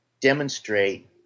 demonstrate